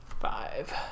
Five